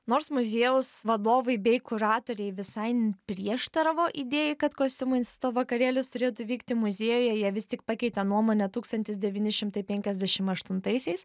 nors muziejaus vadovai bei kuratoriai visai prieštaravo idėjai kad kostiumų instituto vakarėlis turėtų vykti muziejuje jie vis tik pakeitė nuomonę tūkstantis devyni šimtai penkiasdešim aštuntaisiais